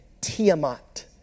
Tiamat